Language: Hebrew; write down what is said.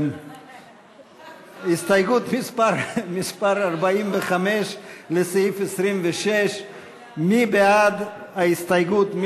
הסתייגות מס' 45 לסעיף 26, מי בעד ההסתייגות?